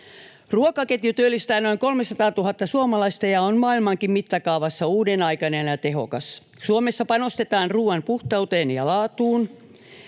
Ruokaketju työllistää noin 300 000 suomalaista ja on maailmankin mittakaavassa uudenaikainen ja tehokas. Suomessa panostetaan ruuan puhtauteen ja laatuun